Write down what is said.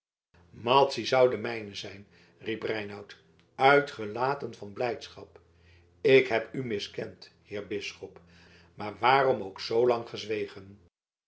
madzy zou de mijne zijn riep reinout uitgelaten van blijdschap ik heb u miskend heer bisschop maar waarom ook zoolang gezwegen